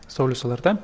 saulius lrt